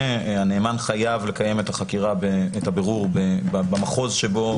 הנאמן חייב לקיים את הבירור במחוז שבו